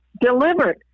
delivered